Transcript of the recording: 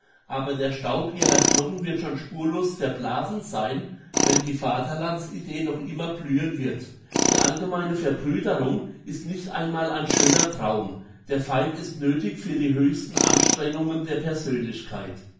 aber der staub ihrer knochen wird schon spurlos zerblasen sein wenn die vaterlandsidee noch immer blühen wird die allgemeine verbrüderung ist nicht einmal ein schöner traum der feind ist nöthig für die höchsten anstrengungen der persönlichkeit